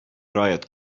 riot